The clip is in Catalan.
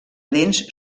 dents